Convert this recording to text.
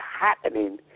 happening